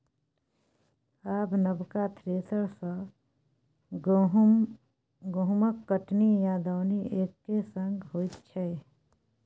आब नबका थ्रेसर सँ गहुँमक कटनी आ दौनी एक्के संग होइ छै